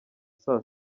saa